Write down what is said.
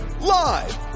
live